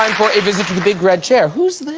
um for a visit for the big red chair who's there?